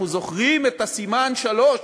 אנחנו זוכרים את הסימן "שלוש"